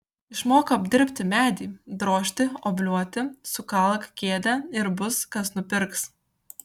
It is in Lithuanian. išmok apdirbti medį drožti obliuoti sukalk kėdę ir bus kas nupirks